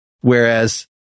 Whereas